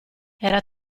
era